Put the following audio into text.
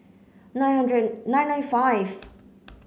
nine hundred and nine nine five